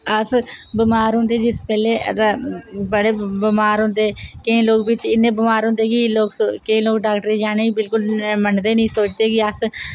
अस बमार होंदे जिस बेल्ले ते बड़़े बमार होंदे केईं लोग बिच्च इन्ने बमार होंदे कि लोग सोचदे केईं लोग डाक्टरे दे जाने बिल्कुल मनदे नी सोचदे सोचदे कि अस